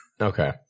Okay